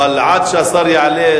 אבל עד שהשר יעלה,